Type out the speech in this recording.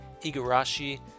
Igarashi